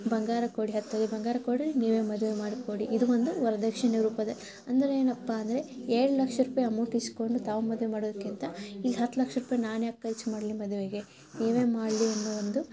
ಬಂಗಾರ ಕೊಡಿ ಹತ್ತು ತೊಲೆ ಬಂಗಾರ ಕೊಡಿರಿ ನೀವೇ ಮದುವೆ ಮಾಡಿಕೊಡಿ ಇದು ಒಂದು ವರದಕ್ಷಿಣೆ ರೂಪದ ಅಂದರೆ ಏನಪ್ಪ ಅಂದರೆ ಏಳು ಲಕ್ಷ ರೂಪಾಯಿ ಅಮೌಂಟ್ ಇಸ್ಕೊಂಡು ತಾವು ಮದುವೆ ಮಾಡೋದಕ್ಕಿಂತ ಇಲ್ಲಿ ಹತ್ತು ಲಕ್ಷ ರೂಪಾಯಿ ನಾನು ಯಾಕೆ ಖರ್ಚು ಮಾಡಲಿ ಮದುವೆಗೆ ನೀವೇ ಮಾಡಲಿ ಎಂಬ ಒಂದು